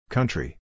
Country